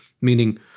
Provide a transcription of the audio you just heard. meaning